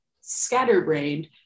scatterbrained